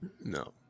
No